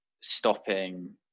stopping